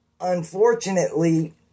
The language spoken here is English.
unfortunately